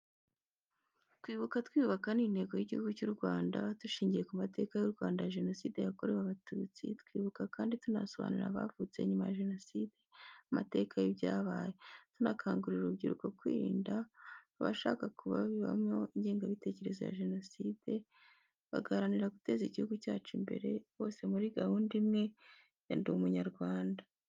Kwibuka twiyukaba ni intego y'Igihugu cy'u Rwanda. Dushingiye ku mateka y'u Rwanda ya Jenoside yakorewe Abatutsi, twibuka kandi tunasobanurira abavutse nyuma ya jenoside amateka yibyabaye, tunakangurira urubyiruko kwirinda abashaka kubabibamo ingengabitekerezo ya jenoside, baharanira guteza igihugu cyacu imbere bose muri gahunda imwe ya Ndi Umunyarwanda.